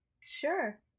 Sure